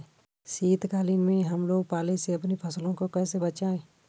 शीतकालीन में हम लोग पाले से अपनी फसलों को कैसे बचाएं?